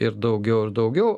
ir daugiau ir daugiau